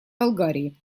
болгарии